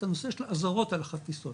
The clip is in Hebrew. את הנושא של האזהרות על החפיסות,